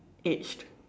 aged